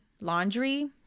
laundry